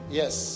yes